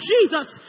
Jesus